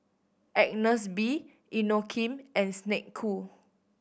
Agnes B Inokim and Snek Ku